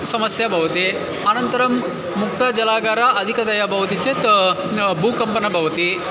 समस्या भवति अनन्तरं मुक्तजलागारः अधिकतया भवति चेत् भूकम्पनं भवति